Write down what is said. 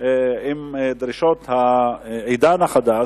לפי הדרישות של העידן החדש,